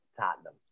Tottenham